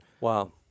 Wow